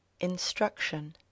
Instruction